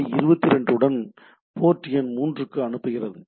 ஐ 22 உடன் போர்ட் எண் 3 க்கு அனுப்புகிறது